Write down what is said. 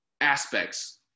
aspects